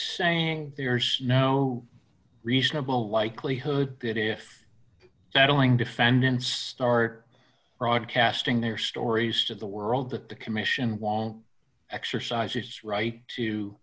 saying there's no reasonable likelihood that if that allowing defendants start broadcasting their stories to the world that the commission won't exercise its right to